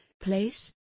place